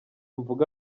mvuga